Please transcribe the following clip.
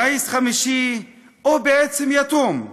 גיס חמישי או בעצם יתום,